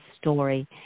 story